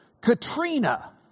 Katrina